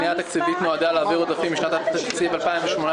הפנייה התקציבית נועדה להעביר עודפים משנת התקציב 2018